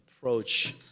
approach